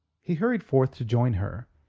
he hurried forth to join her,